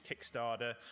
Kickstarter